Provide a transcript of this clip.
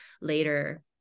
later